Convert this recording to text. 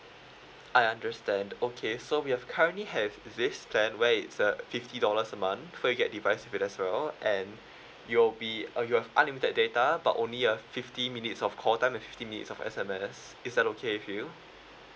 I understand okay so we have currently have this plan where it's a fifty dollars a month so you get device with it as well and you will be uh you have unlimited data but only a fifty minutes of call time and fifty minutes of S_M_S is that okay with you